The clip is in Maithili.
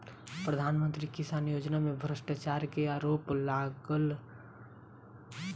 प्रधान मंत्री किसान योजना में भ्रष्टाचार के आरोप लागल